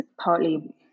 partly